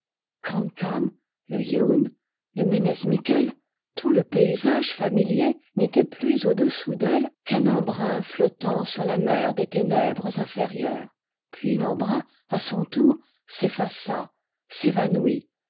corn cam le yeun le ménezmikêl tout le paysage familier n'était plus au dessous d'elle qu'un embrun flottant sur la mer des ténèbres inférieures puis l'embrun à son tour s'effaça s'évanouit